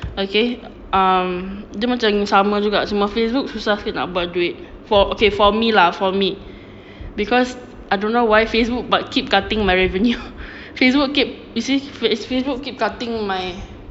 okay um dia macam sama juga cuma facebook susah sikit nak buat duit for okay for me lah for me because I don't know why facebook but keep cutting my revenue facebook keep you see facebook keep cutting my